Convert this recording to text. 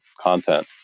content